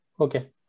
Okay